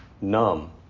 numb